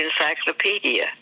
encyclopedia